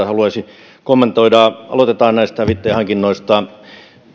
haluaisin kommentoida aloitetaan näistä hävittäjähankinnoista